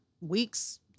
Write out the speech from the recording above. weeks